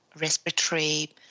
respiratory